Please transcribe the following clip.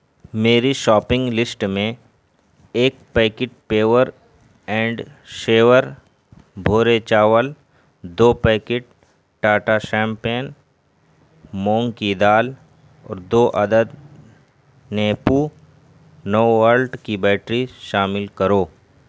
میری shopping list میں ایک پیکٹ پیور اینڈ شیور بھورے چاول دو پیکٹ ٹاٹا شیمپین مونگ کی دال اور دو عدد نیپو نو ولٹ کی بیٹری شامل کرو